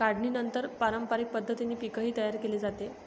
काढणीनंतर पारंपरिक पद्धतीने पीकही तयार केले जाते